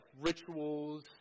rituals